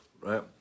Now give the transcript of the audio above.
right